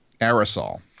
aerosol